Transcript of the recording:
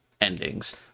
endings